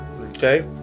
okay